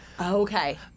Okay